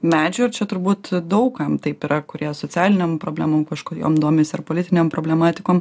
medžių ir čia turbūt daug kam taip yra kurie socialinėm problemom kažkuo jom domisi ar politinėm problematikom